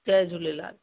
Jay Jhulelal